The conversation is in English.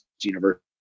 University